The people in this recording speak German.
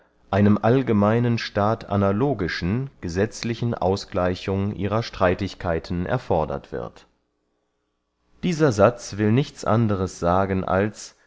einem allgemeinen staat analogischen gesetzlichen ausgleichung ihrer streitigkeiten erfordert wird dieser satz will nichts anders sagen als